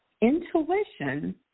intuition